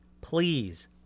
please